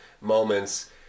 moments